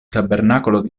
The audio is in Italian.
tabernacolo